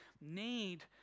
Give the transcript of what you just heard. need